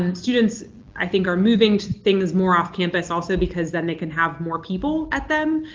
and students i think are moving to things more off campus also because then they can have more people at them,